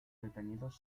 detenidos